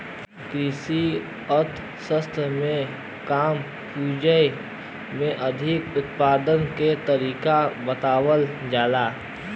कृषि अर्थशास्त्र में कम पूंजी में अधिक उत्पादन के तरीका बतावल जाला